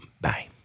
Bye